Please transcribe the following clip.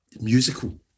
musical